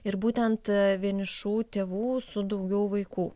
ir būtent vienišų tėvų su daugiau vaikų